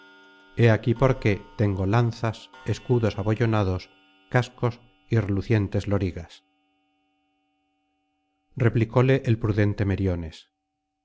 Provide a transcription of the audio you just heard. aquí por qué tengo lanzas escudos abollonados cascos y relucientes loriga replicóle el prudente meriones